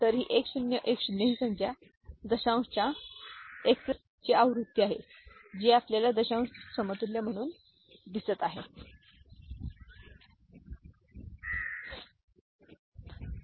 तर ही 1010 ही संख्या दशांश च्या XS 3 ची XS 3 आवृत्ती आहेGआपल्याला दशांश समतुल्य म्हणून दिसत आहे हे अगदी बरोबर आहे का